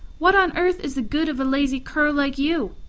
what on earth is the good of a lazy cur like you?